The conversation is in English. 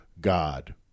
God